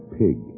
pig